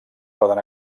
poden